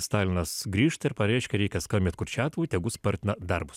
stalinas grįžta ir pareiškia reikia skambint kurčiatovui tegu spartina darbus